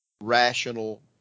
rational